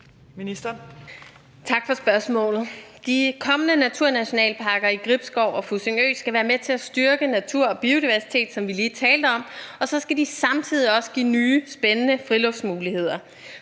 Wermelin): Tak for spørgsmålet. De kommende naturnationalparker i Gribskov og Fussingø skal være med til at styrke naturen og biodiversiteten, sådan som vi lige talte om, og så skal de samtidig give nye, spændende friluftsmuligheder.